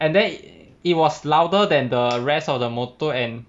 and then it was louder than the rest of the motor and